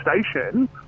station